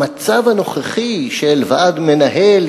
המצב הנוכחי של ועד מנהל,